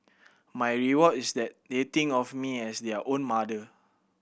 my reward is that they think of me as their own mother